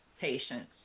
patients